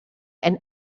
and